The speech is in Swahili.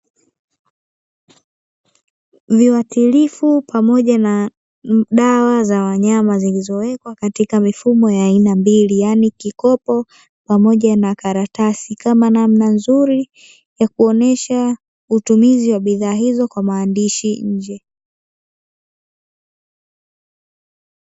Viwatilifu pamoja na dawa za wanyama zilizowekwa katika mifumo ya aina mbili yani kikopo pamoja na karatasi kama namna nzuri ya kuonyesha utumizi wa bidhaa hizo kwa maandishi nje.